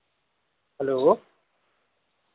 hello